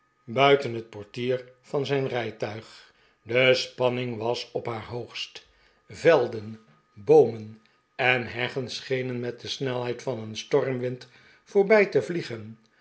buiten het portier van zijn rijtuig de spanning was op haar hoogst velden boomen en heggen schenen met de snelheid van een stormwind voorbij te vliegenl